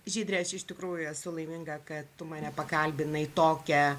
žydre aš iš tikrųjų esu laiminga kad tu mane pakalbinai tokią